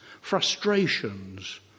frustrations